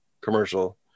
commercial